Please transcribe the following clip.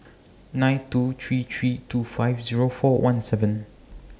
nine two three three two five Zero four one seven